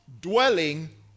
dwelling